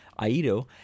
Aido